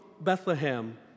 Bethlehem